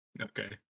Okay